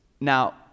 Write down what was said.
Now